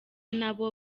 n’abo